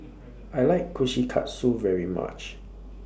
I like Kushikatsu very much